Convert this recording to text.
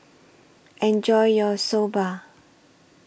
Enjoy your Soba